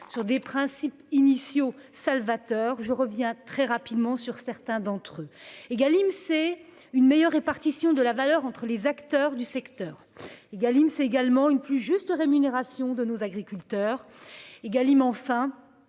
sur des principes initiaux salvateurs. Je reviens rapidement sur certains d'entre eux. Égalim, c'est une meilleure répartition de la valeur entre les acteurs du secteur, une plus juste rémunération de nos agriculteurs et, enfin,